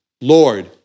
Lord